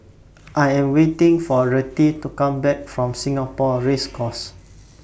I Am waiting For Rettie to Come Back from Singapore Race Course